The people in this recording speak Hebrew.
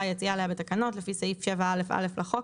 היציאה אליה בתקנות לפי סעיף 7א(א) לחוק",